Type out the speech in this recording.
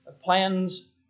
plans